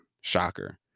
Shocker